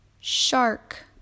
shark